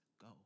go